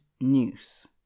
news